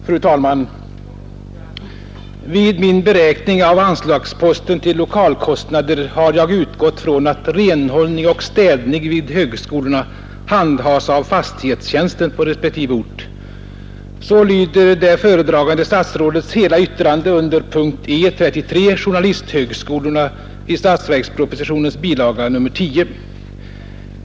Fru talman! ”Vid min beräkning av anslagsposten till lokalkostnader har jag utgått från att renhållning och städning vid högskolorna handhas av fastighetstjänsten på respektive ort.” — Så lyder det föredragande statsrådets hela yttrande under punkten E 33, Journalisthögskolorna, i statsverkspropositionens bilaga 10.